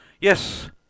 yes